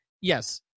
yes